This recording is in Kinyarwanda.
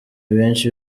benshi